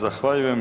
Zahvaljujem.